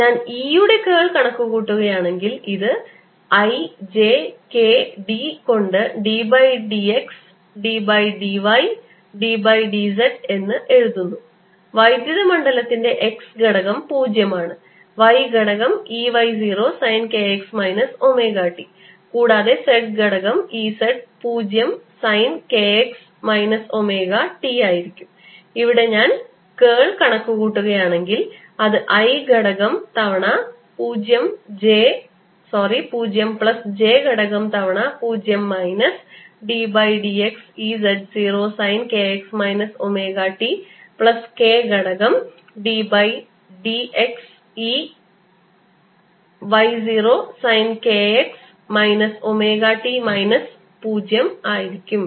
ഞാൻ E യുടെ curl കണക്കുകൂട്ടുകയാണെങ്കിൽ ഇത് i j k d കൊണ്ട് d by d x d by dy d by dz എന്ന് എഴുതുന്നു വൈദ്യുത മണ്ഡലത്തിന്റെ x ഘടകം 0 ആണ് y ഘടകം E y 0 sine k x minus omega t കൂടാതെ z ഘടകം E z 0 sine k x minus omega t ആയിരിക്കും ഇവിടെ ഞാൻ കേൾ കണക്കു കൂട്ടുകയാണെങ്കിൽ അത് i ഘടകം തവണ 0 പ്ലസ് j ഘടകം തവണ 0 minus d by d x E z 0 sine k x minus omega t plus k ഘടകം d by d x E y 0 sine k x minus omega t minus 0 ആയിരിക്കും